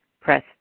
press